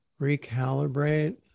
recalibrate